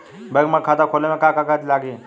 Bank में खाता खोले मे का का कागज लागी?